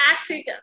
acting